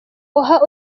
aha